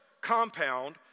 compound